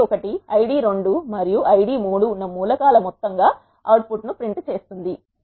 ID 1 ID 2 మరియు ID 3 ఉన్న మూల కాల మొత్తంగా అవుట్పుట్ను ప్రింట్ చేస్తుంది